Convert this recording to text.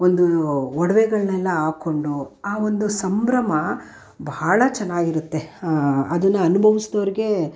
ಒಂದು ಒಡವೆಗಳನ್ನೆಲ್ಲ ಹಾಕ್ಕೊಂಡು ಆ ಒಂದು ಸಂಭ್ರಮ ಬಹಳ ಚೆನ್ನಾಗಿರುತ್ತೆ ಅದನ್ನು ಅನುಭವಿಸಿದವ್ರಿಗೆ